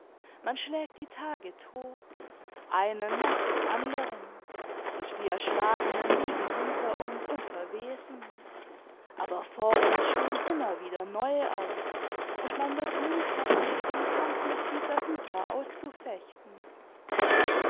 man schlägt die tage tot einen nach dem anderen und die erschlagenen liegen hinter uns und verwesen aber vor uns stehen immer wieder neue auf und man wird nie fertig den kampf mit dieser hydra auszufechten